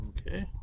Okay